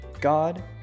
God